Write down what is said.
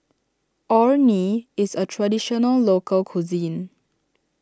Orh Nee is a Traditional Local Cuisine